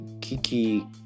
Kiki